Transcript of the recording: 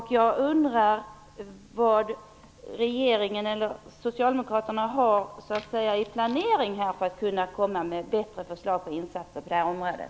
Jag undrar vad regeringen eller socialdemokraterna planerar för att kunna komma med bättre förslag på insatser på det här området.